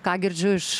ką girdžiu iš